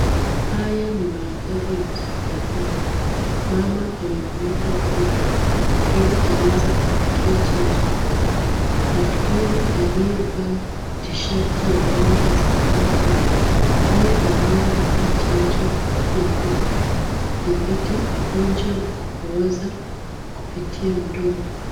Haya ni mandhari ya hospitalini. Mama amemleta mtoto ili aweze kupokea chanjo. Daktari aliyevaa tshati ya rangi ya samawati ndiye anaye mpa chanjo ya kuthibiti ugonjwa wa kupooza kupitia mdomo.